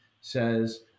says